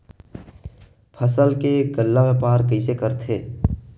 फसल के गल्ला व्यापार कइसे करथे?